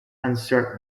uncertain